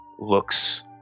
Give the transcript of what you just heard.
Looks